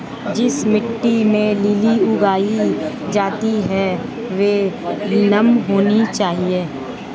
जिस मिट्टी में लिली उगाई जाती है वह नम होनी चाहिए